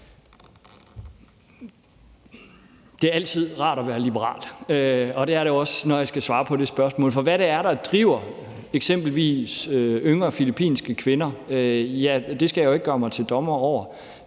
Det er altid rart at være liberal, og det er det også, når jeg skal svare på det spørgsmål. For hvad det er, der driver eksempelvis yngre filippinske kvinder, skal jeg jo ikke gøre mig til dommer over.